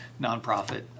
nonprofit